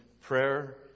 prayer